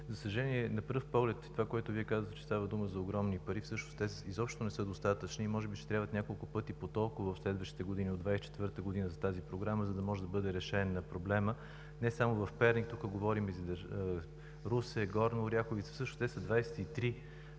За съжаление, на пръв поглед това, което Вие казвате – че става дума за огромни пари, всъщност изобщо не са достатъчни и може би ще трябват няколко пъти по толкова в следващите години – от 2024 г., за тази програма, за да може да бъде решен проблемът. Не само в Перник, но тук говорим и за Русе, за Горна Оряховица и всъщност 23 са